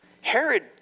Herod